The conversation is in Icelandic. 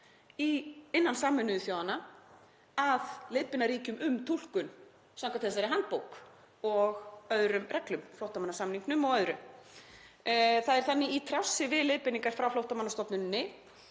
innan Sameinuðu þjóðanna að leiðbeina ríkjum um túlkun samkvæmt þessari handbók og öðrum reglum, flóttamannasamningnum og öðru. Það er þannig í trássi við leiðbeiningar frá Flóttamannastofnuninni